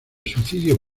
suicidio